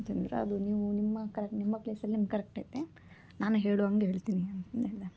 ಅಂತಂದರು ಅದು ನೀವು ನಿಮ್ಮ ಕರ ನಿಮ್ಮ ಪ್ಲೇಸಲ್ಲಿ ನಿಮ್ಗೆ ಕರೆಕ್ಟೈತೆ ನಾನು ಹೇಳುವಂಗ್ ಹೇಳ್ತೀನಿ ಅಂತಂದು ಹೇಳಿದೆ